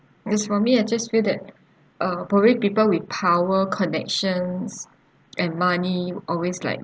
as for me I just feel that uh probably people with power connections and money always like